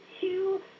two